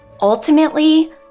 Ultimately